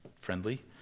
Friendly